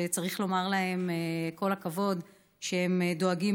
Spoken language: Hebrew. שצריך לומר להם כל הכבוד על שהם דואגים